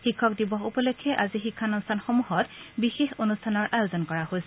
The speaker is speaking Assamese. শিক্ষক দিৱস উপলক্ষে আজি শিক্ষানুষ্ঠানসমূহত বিশেষ অনুষ্ঠানত আয়োজন কৰা হৈছে